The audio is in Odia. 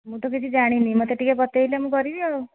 ମୁଁ ତ କିଛି ଜାଣିନି ମୋତେ ଟିକିଏ ବତେଇଲେ ମୁଁ କରିବି ଆଉ